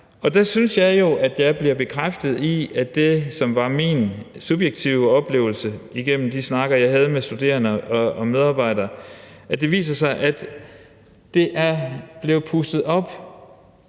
jeg bliver bekræftet i det, som var min subjektive oplevelse igennem de snakke, jeg havde med studerende og medarbejdere, nemlig at det er blevet pustet op